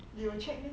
they will check meh